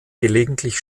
gelegentlich